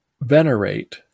venerate